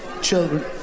children